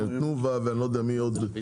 תנובה ואני לא יודע מי עוד,